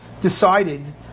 decided